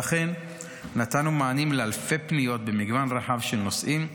ואכן נתנו מענים על אלפי פניות במגוון רחב של נושאים,